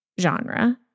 genre